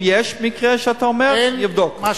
אם יש מקרה שאתה אומר, נבדוק.